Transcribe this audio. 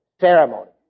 ceremony